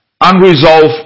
unresolved